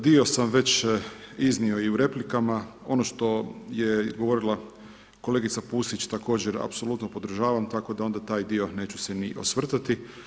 Dio sam već iznio i u replikama, ono što je govorila kolegica Pusić također apsolutno podržava, tako da onda taj dio neću se ni osvrtati.